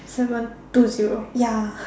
zero one two zero ya